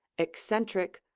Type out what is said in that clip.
eccentric,